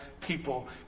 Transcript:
people